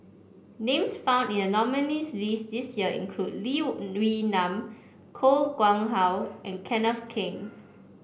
names found in the nominees' list this year include Lee Wee Nam Koh Nguang How and Kenneth Keng